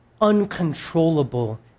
uncontrollable